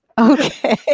Okay